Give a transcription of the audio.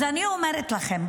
אז אני אומרת לכם,